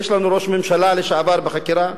יש לנו ראש ממשלה לשעבר בחקירה,